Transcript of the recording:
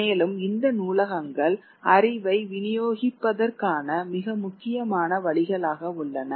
மேலும் இந்த நூலகங்கள் அறிவை விநியோகிப்பதற்கான மிக முக்கியமான வழிகளாக உள்ளன